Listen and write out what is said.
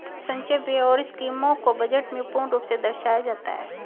संचय व्यय और स्कीमों को बजट में पूर्ण रूप से दर्शाया जाता है